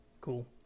Cool